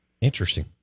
Interesting